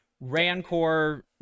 Rancor